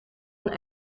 een